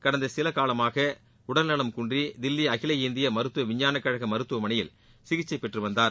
கடந்த சில காலமாக உடல்நலம் குன்றி தில்லி அகில இந்திய மருத்துவ விஞ்ஞான கழக மருத்துவமனையில் சிகிச்சை பெற்று வந்தார்